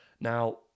Now